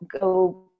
go